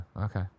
okay